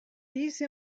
these